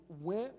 went